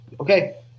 okay